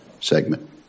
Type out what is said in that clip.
segment